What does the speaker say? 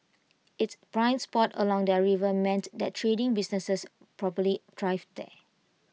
it's prime spot along the river meant that trading businesses probably thrived there